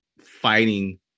fighting